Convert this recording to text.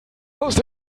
dass